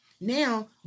Now